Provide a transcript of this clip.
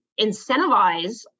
incentivize